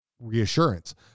reassurance